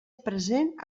present